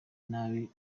nabi